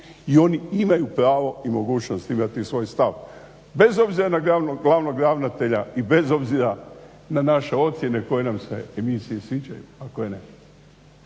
i oni imaju pravo i mogućnost imati svoj stav bez obzira na glavnog ravnatelja i bez obzira na naše ocjene koje nam se emisije sviđaju, a koje ne.